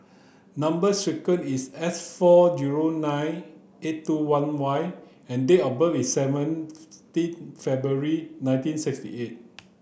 number sequence is S four zero nine eight two one Y and date of birth is seventeen February nineteen sixty eight